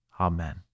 Amen